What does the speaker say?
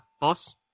Boss